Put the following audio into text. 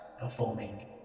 performing